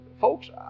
Folks